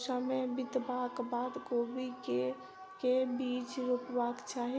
समय बितबाक बाद कोबी केँ के बीज रोपबाक चाहि?